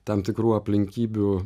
tam tikrų aplinkybių